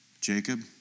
Jacob